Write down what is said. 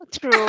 true